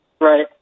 Right